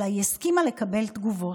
אלא היא הסכימה לקבל תגובות.